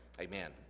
Amen